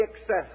excess